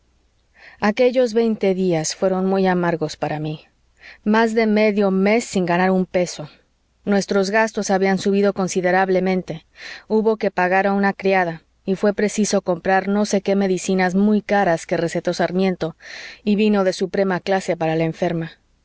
aquellos veinte días fueron muy amargos para mí más de medio mes sin ganar un peso nuestros gastos habían subido considerablemente hubo que pagar a una criada y fué preciso comprar no sé qué medicinas muy caras que recetó sarmiento y vino de suprema clase para la enferma